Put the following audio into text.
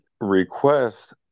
request